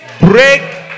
break